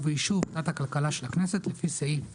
ובאישור ועדת הכלכלה של הכנסת לפי סעיף 2(ב)